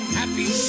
happy